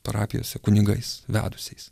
parapijose kunigais vedusiais